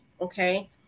okay